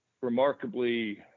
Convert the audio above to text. remarkably